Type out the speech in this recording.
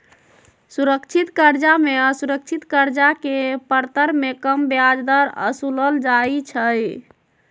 सुरक्षित करजा में असुरक्षित करजा के परतर में कम ब्याज दर असुलल जाइ छइ